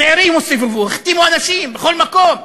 צעירים הסתובבו, החתימו אנשים בכל מקום,